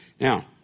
Now